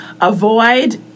Avoid